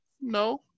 No